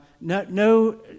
no